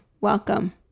Welcome